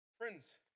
Friends